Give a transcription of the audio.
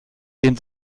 den